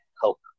help